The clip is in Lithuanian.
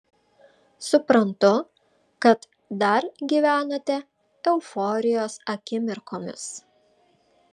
suprantu kad dar gyvenate euforijos akimirkomis